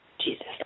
Jesus